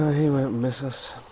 he won't miss us.